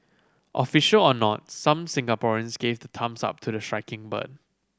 official or not some Singaporeans gave the thumbs up to the striking bird